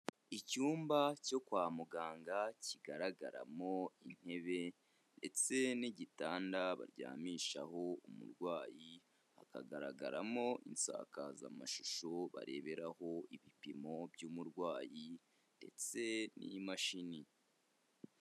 Icyumba cyo kwa muganga kigaragaramo intebe ndetse n'igitanda baryamishaho umundwayi hakagaragaramo insakazamashusho bareberaho ibipimo by'umudwayi ndetse n'imashini.